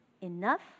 enough